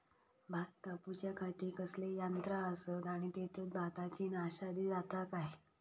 भात कापूच्या खाती कसले यांत्रा आसत आणि तेतुत भाताची नाशादी जाता काय?